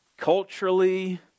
culturally